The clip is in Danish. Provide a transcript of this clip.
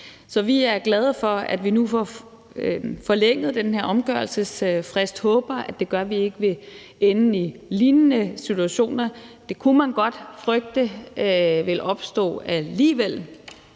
Så vi er glade for, at vi nu får forlænget den her omgørelsesfrist. Vi håber, at det gør, at vi ikke vil ende i lignende situationer. Det kunne man godt frygte vil ske alligevel,